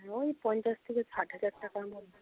ওই পঞ্চাশ থেকে ষাট হাজার টাকার